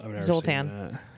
zoltan